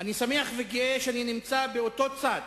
אני שמח וגאה שאני נמצא באותו צד